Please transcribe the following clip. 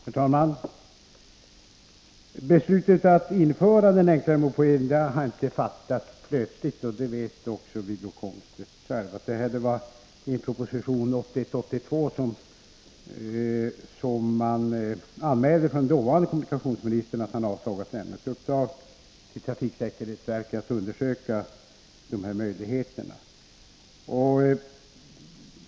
Herr talman! Beslutet att införa den enkla mopeden har, som Wiggo Komstedt vet, inte fattats plötsligt. I en proposition 1981/82 anmälde den dåvarande kommunikationsministern att han avsåg att ge trafiksäkerhetsverket i uppdrag att undersöka möjligheterna härvidlag.